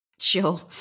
Sure